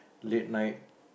late night